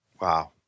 Wow